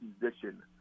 position